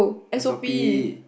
S_O_P